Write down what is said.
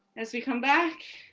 as we come back